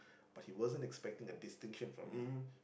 but he wasn't expecting a distinction from me